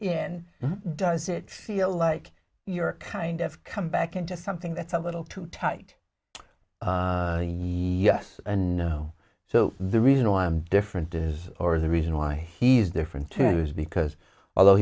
and does it feel like you're kind of come back into something that's a little too tight yes and no so the reason why i'm different is or the reason why he's different to me is because although